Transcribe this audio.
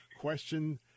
question